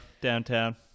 downtown